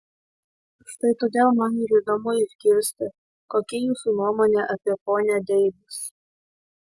štai todėl man ir įdomu išgirsti kokia jūsų nuomonė apie ponią deivis